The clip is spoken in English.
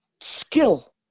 skill